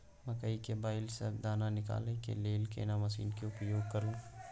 मकई के बाईल स दाना निकालय के लेल केना मसीन के उपयोग करू?